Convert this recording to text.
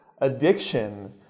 addiction